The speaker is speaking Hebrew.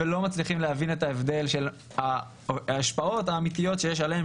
ולא מצליחים להבין את ההבדל של ההשפעות האמיתיות שיש עליהם,